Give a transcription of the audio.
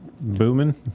booming